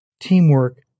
Teamwork